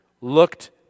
looked